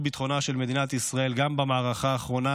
ביטחונה של מדינת ישראל גם במערכה האחרונה,